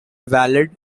valid